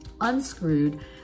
Unscrewed